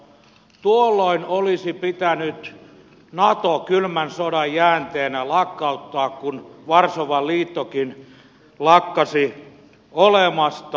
tuolloin olisi pitänyt nato kylmän sodan jäänteenä lakkauttaa kun varsovan liittokin lakkasi olemasta